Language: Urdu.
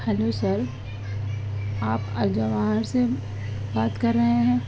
ہلو سر آپ الجواہر سے بات کر رہے ہیں